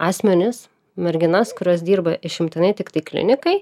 asmenis merginas kurios dirba išimtinai tiktai klinikai